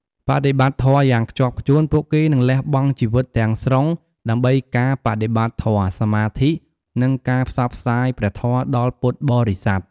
បដិបត្តិធម៌យ៉ាងខ្ជាប់ខ្ជួន ពួកគេនឹងលះបង់ជីវិតទាំងស្រុងដើម្បីការបដិបត្តិធម៌ សមាធិ និងការផ្សព្វផ្សាយព្រះធម៌ដល់ពុទ្ធបរិស័ទ។